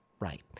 right